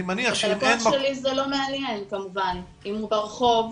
את הלקוח שלי זה לא מעניין, כמובן, אם הוא ברחוב,